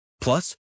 plus